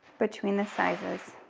between the sizes.